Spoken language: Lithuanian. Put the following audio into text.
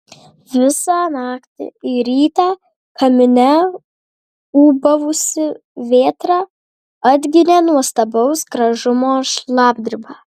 visą naktį ir rytą kamine ūbavusi vėtra atginė nuostabaus gražumo šlapdribą